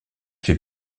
fait